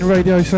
Radio